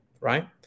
Right